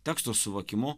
teksto suvokimu